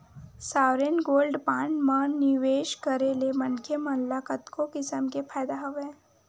sovereign gold bond म निवेस करे ले मनखे मन ल कतको किसम के फायदा हवय